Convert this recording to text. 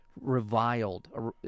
reviled